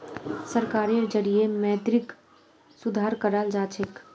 सरकारेर जरिएं मौद्रिक सुधार कराल जाछेक